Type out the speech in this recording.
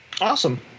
Awesome